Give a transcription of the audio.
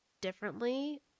differently